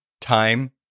Time